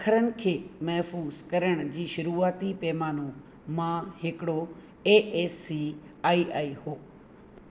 अखरनि खे महफ़ूज़ु करण जी शुरूआती पैमानो मां हिकिड़ो A A C I I हो